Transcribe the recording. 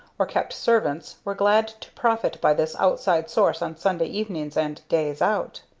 or kept servants, were glad to profit by this outside source on sunday evenings and days out.